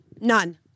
none